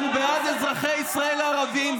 אנחנו בעד אזרחי ישראל הערבים,